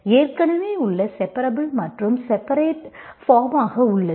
ஏற்கனவே உள்ள செபரபுல் மற்றும் செப்பரேட்டட் பாம் ஆக உள்ளது